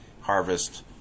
harvest